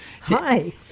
hi